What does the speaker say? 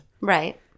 Right